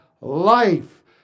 life